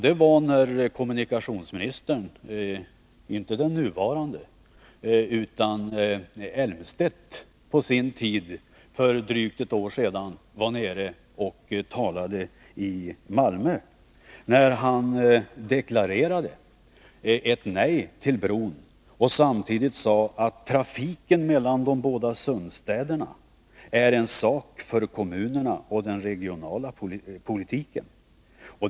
Den dåvarande kommunikationsministern Claes Elmstedt var på sin tid, för drygt ett år sedan, nere i Malmö och talade. Han sade då nej till en bro och samtidigt att trafiken mellan de båda sundstäderna är en sak för kommunerna och den regionala politiken.